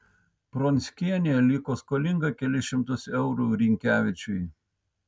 pronckienė liko skolinga kelis šimtus eurų rynkevičiui